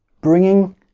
bringing